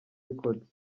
records